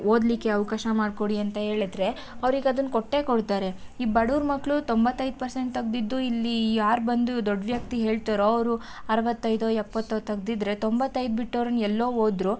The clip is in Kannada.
ಓದಲಿಕ್ಕೆ ಅವಕಾಶ ಮಾಡಿಕೊಡಿ ಅಂತ ಹೇಳದ್ರೆ ಅವ್ರಿಗೆ ಅದನ್ನು ಕೊಟ್ಟೇ ಕೊಡ್ತಾರೆ ಈ ಬಡವ್ರ ಮಕ್ಕಳು ತೊಂಬತ್ತೈದು ಪರ್ಸೆಂಟ್ ತೆಗ್ದಿದ್ದು ಇಲ್ಲಿ ಯಾರು ಬಂದು ದೊಡ್ಡ ವ್ಯಕ್ತಿ ಹೇಳ್ತಾರೋ ಅವರು ಅರುವತ್ತೈದೋ ಎಪ್ಪತ್ತೋ ತೆಗ್ದಿದ್ರೆ ತೊಂಬತ್ತೈದು ಬಿಟ್ಟೋರನ್ನು ಎಲ್ಲೋ ಹೋದ್ರು